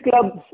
clubs